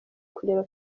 kureba